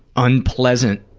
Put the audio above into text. unpleasant,